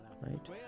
right